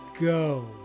go